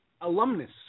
Alumnus